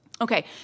Okay